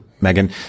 megan